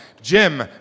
Jim